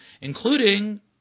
including